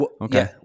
Okay